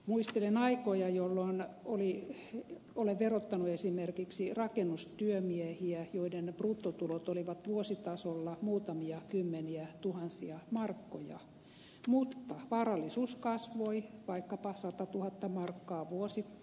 muistelen aikoja jolloin olen verottanut esimerkiksi rakennustyömiehiä joiden bruttotulot olivat vuositasolla muutamia kymmeniätuhansia markkoja mutta varallisuus kasvoi vaikkapa satatuhatta markkaa vuosi